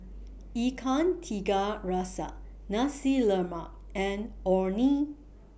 Ikan Tiga Rasa Nasi Lemak and Orh Nee